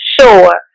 Sure